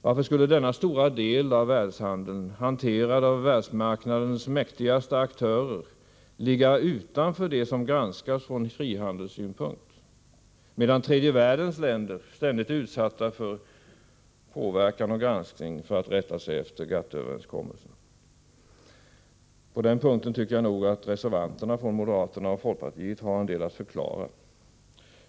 Varför skulle denna stora del av världshandeln, hanterad av världsmarknadens mäktigaste aktörer, ligga utanför det som granskas från frihandelssynpunkt, medan tredje världens länder ständigt är utsatta för påverkan och granskning så att de rättar sig efter GATT-överenskommelserna? På den punkten tycker jag att reservanterna från moderaterna och folkpartiet har en del att förklara.